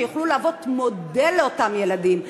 שיוכלו להוות מודל לאותם ילדים.